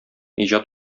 иҗат